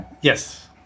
Yes